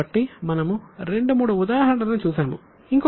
కాబట్టి మనము రెండు మూడు ఉదాహరణలను చూశాము